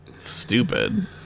stupid